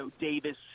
Davis